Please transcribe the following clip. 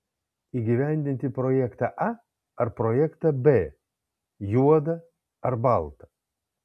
įgyvendinti projektą a ar projektą b juoda ar balta